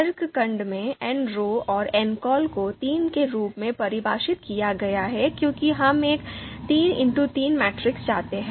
तर्क खंड में nrow और ncol को तीन के रूप में परिभाषित किया गया है क्योंकि हम एक 3x3 मैट्रिक्स चाहते हैं